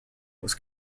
was